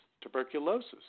tuberculosis